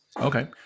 Okay